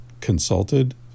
consulted